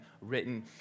written